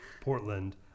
Portland